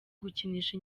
gukinisha